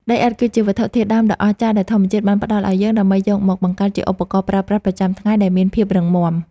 ដីឥដ្ឋគឺជាវត្ថុធាតុដើមដ៏អស្ចារ្យដែលធម្មជាតិបានផ្ដល់ឱ្យយើង ដើម្បីយកមកបង្កើតជាឧបករណ៍ប្រើប្រាស់ប្រចាំថ្ងៃដែលមានភាពរឹងមាំ។